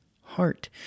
heart